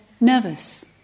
Nervous